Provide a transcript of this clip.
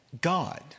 God